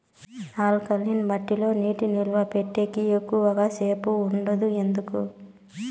alkaline మట్టి లో నీటి నిలువ పెట్టేకి ఎక్కువగా సేపు ఉండదు ఎందుకు